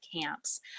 camps